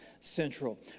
Central